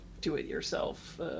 do-it-yourself